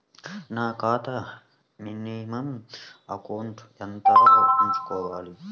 నా ఖాతా minimum amount ఎంత ఉంచుకోవాలి?